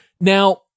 Now